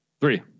Three